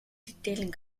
detailed